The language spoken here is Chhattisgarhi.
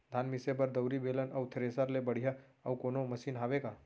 धान मिसे बर दउरी, बेलन अऊ थ्रेसर ले बढ़िया अऊ कोनो मशीन हावे का?